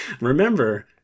Remember